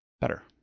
better